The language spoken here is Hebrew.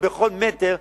בכל מטר,